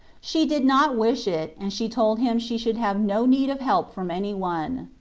she did not wish it, and she told him she should have no need of help from any one.